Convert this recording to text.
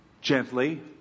gently